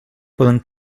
poden